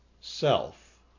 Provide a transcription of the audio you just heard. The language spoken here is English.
self